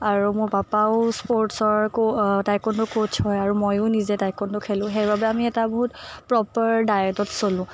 আৰু মোৰ পাপাও স্প'ৰ্টছৰ আকৌ টাইকোৱাণ্ডো ক'ছ হয় আৰু ময়ো নিজে টাইকোৱাণ্ডো খেলোঁ সেইবাবে আমি এটা বহুত প্ৰ'পাৰ ডায়েটত চলোঁ